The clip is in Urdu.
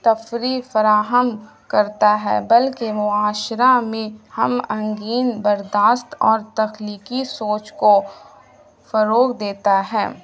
تفریح فراہم کرتا ہے بلکہ معاشرہ میں ہم انگین برداست اور تخلیقی سوچ کو فروغ دیتا ہے